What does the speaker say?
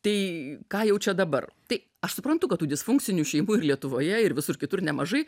tai ką jaučia dabar tai aš suprantu kad tų disfunkcinių šeimų ir lietuvoje ir visur kitur nemažai